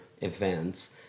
events